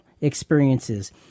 experiences